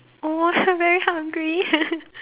oh I very hungry